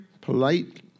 polite